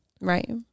Right